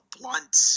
blunt